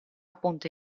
ponte